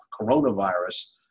coronavirus